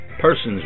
persons